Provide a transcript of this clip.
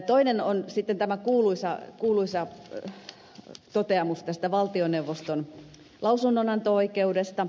toinen on sitten tämä kuuluisa toteamus valtioneuvoston lausunnonanto oikeudesta